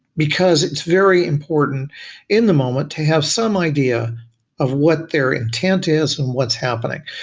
because it's very important in the moment to have some idea of what their intent is and what's happening.